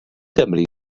gymri